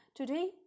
Today